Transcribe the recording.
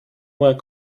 moins